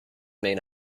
main